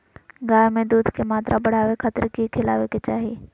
गाय में दूध के मात्रा बढ़ावे खातिर कि खिलावे के चाही?